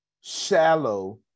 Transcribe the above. shallow